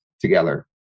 together